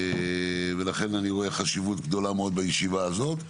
לכן, אני רואה חשיבות גדולה מאוד בישיבה הזאת.